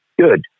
Good